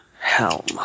Helm